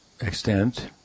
extent